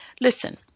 Listen